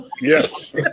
Yes